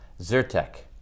Zyrtec